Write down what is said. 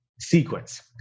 Sequence